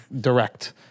direct